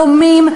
דומים,